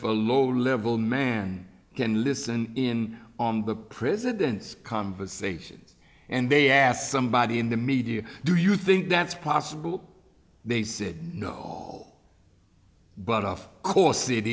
for a low level man can listen in on the prisons conversations and they asked somebody in the media do you think that's possible they said no but of course it